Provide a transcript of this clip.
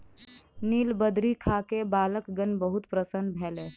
नीलबदरी खा के बालकगण बहुत प्रसन्न भेल